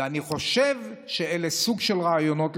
ואני חושב שזה סוג הרעיונות,